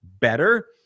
better